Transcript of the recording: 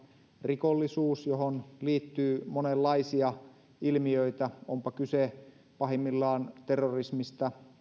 rikollisuus johon liittyy monenlaisia ilmiöitä onpa kyse pahimmillaan terrorismista